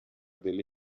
delle